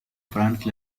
france